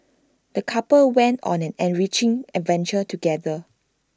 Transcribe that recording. the couple went on an enriching adventure together